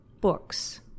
books